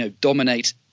dominate